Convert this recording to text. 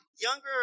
younger